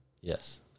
Yes